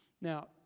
Now